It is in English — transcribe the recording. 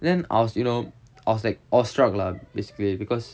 then I was you know I was like awestruck lah basically